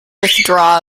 withdrawal